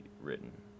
written